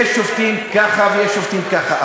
יש שופטים ככה ויש שופטים ככה.